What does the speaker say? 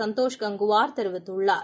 சந்தோஷ் கங்குவார் தெரிவித்துள்ளார்